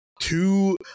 two